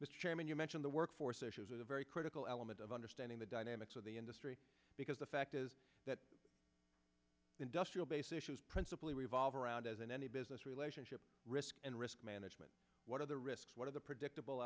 mr chairman you mentioned the workforce issues with a very critical element of understanding the dynamics of the industry because the fact is that industrial base issues principally revolve around as in any business relationship risk and risk management what are the risks what are the predictable